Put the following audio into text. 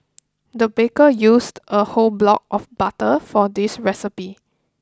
the baker used a whole block of butter for this recipe